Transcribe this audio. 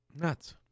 Nuts